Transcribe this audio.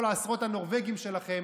כל עשרות הנורבגים שלכם,